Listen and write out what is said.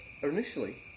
initially